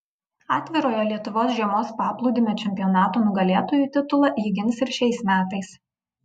atvirojo lietuvos žiemos paplūdimio čempionato nugalėtojų titulą ji gins ir šiais metais